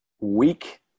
Weak